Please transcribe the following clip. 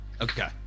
Okay